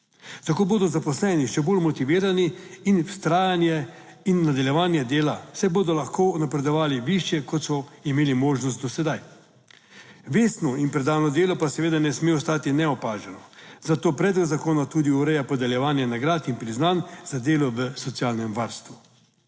Tako bodo zaposleni še bolj motivirani in vztrajanje in nadaljevanje dela, saj bodo lahko napredovali višje, kot so imeli možnost do sedaj. Vestno in predano delo pa seveda ne sme ostati neopaženo. Zato predlog zakona tudi ureja podeljevanje nagrad in priznanj za delo v socialnem varstvu.